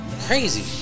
crazy